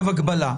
הגבלה.